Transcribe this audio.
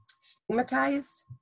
stigmatized